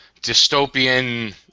dystopian